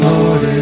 Lord